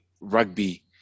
rugby